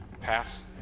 pass